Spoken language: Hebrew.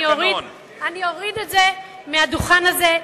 אני אוריד את זה מהדוכן הזה.